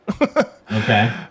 Okay